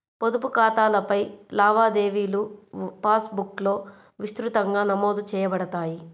పొదుపు ఖాతాలపై లావాదేవీలుపాస్ బుక్లో విస్తృతంగా నమోదు చేయబడతాయి